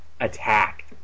attack